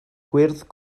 gwyrdd